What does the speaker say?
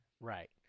right